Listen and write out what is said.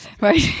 right